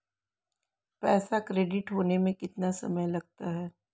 पैसा क्रेडिट होने में कितना समय लगता है?